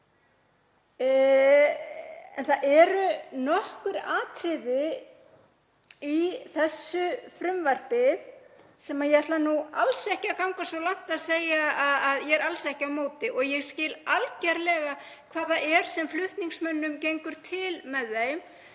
En það eru nokkur atriði í þessu frumvarpi — ég ætla alls ekki að ganga svo langt að segja að ég sé á móti þeim og skil algerlega hvað flutningsmönnum gengur til með þeim